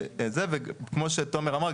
וכמו שתומר אמר,